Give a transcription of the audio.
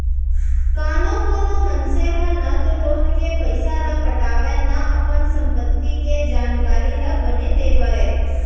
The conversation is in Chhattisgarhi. कानो कोनो मनसे ह न तो लोन के पइसा ल पटावय न अपन संपत्ति के जानकारी ल बने देवय